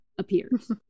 Appears